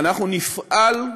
ואנחנו נפעל,